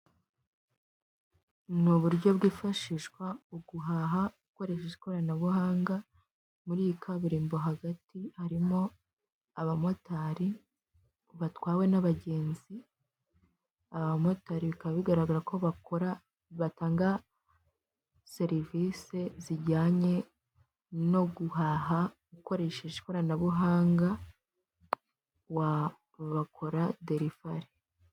Ni uburyo bwifashishwa mu guhaha hifashishijwe ikoranabuhanga. Hagati muri kaburimbo, harimo abamotari batwaye abagenzi. Abo bamotari bigaragara ko batanga serivisi zijyanye no guhaha hifashishijwe ikoranabuhanga, bakora delivery (gutanga ibicuruzwa).